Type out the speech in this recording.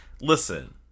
listen